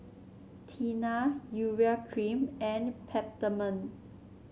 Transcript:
Tena Urea Cream and Peptamen